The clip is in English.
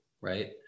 Right